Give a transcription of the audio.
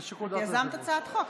יזמת הצעת חוק,